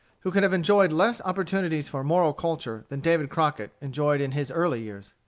who can have enjoyed less opportunities for moral culture than david crockett enjoyed in his early years.